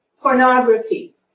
Pornography